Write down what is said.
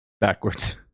backwards